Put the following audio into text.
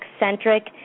eccentric